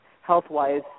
health-wise